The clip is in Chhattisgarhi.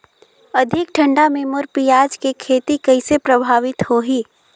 अधिक ठंडा मे मोर पियाज के खेती कइसे प्रभावित होही?